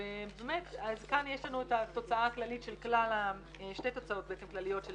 ובאמת כאן יש לנו שתי תוצאות כלליות של